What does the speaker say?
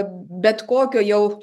bet kokio jau